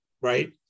right